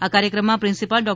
આ ક્રાર્યક્રમમાં પ્રિન્સીપાલ ડો